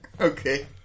Okay